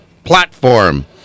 platform